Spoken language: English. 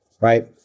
right